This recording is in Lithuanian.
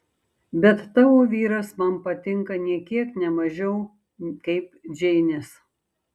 bet tavo vyras man patinka nė kiek ne mažiau kaip džeinės